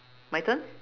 my turn